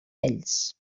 ells